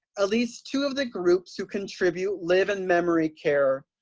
ah least two of the groups who contribute live in memory care.